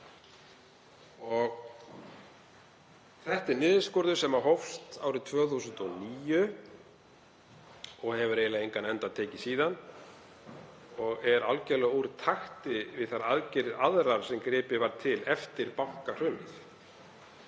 Þetta er niðurskurður sem hófst árið 2009 og hefur eiginlega engan enda tekið síðan og er algerlega úr takti við aðrar aðgerðir sem gripið var til eftir bankahrunið.